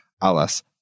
ALAS